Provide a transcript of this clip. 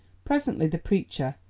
presently the preacher,